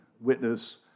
witness